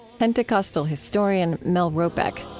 pentecostal historian mel robeck